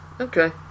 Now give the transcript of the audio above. Okay